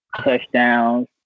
touchdowns